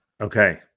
Okay